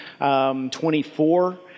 24